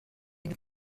une